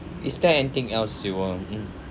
is there anything else you want mm